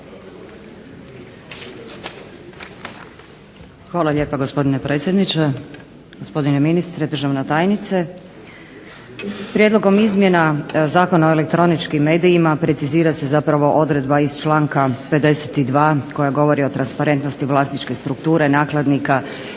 Hvala lijepa gospodine predsjedniče, gospodine ministre, državna tajnice. Prijedlogom izmjena Zakona o elektroničkim medijima precizira se zapravo odredba iz članka 52. koja govori o transparentnosti vlasničke strukture nakladnika